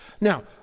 Now